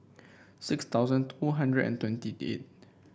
six thousand two hundred and twenty eight